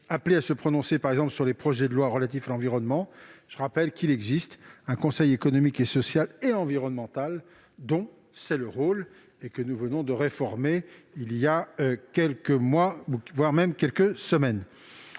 appelée à se prononcer, par exemple, sur les projets de loi relatifs à l'environnement. Je rappelle qu'il existe un Conseil économique, social et environnemental dont c'est le rôle et que nous venons de réformer. Enfin, je note que la